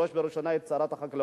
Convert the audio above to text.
בראש ובראשונה את שרת החקלאות